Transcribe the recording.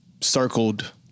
circled